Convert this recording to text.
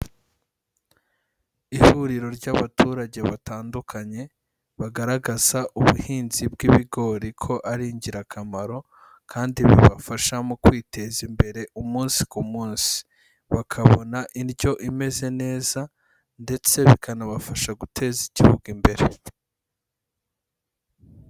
Ihuriro ry'abaturage batandukanye bagaragaza ubuhinzi bw'ibigori ko ari ingirakamaro kandi bibafasha mu kwiteza imbere umunsi ku munsi; bakabona indyo imeze neza ndetse bikanabafasha guteza igihugu imbere.